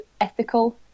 ethical